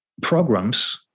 programs